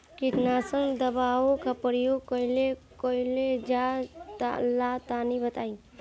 कीटनाशक दवाओं का प्रयोग कईसे कइल जा ला तनि बताई?